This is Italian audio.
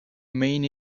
main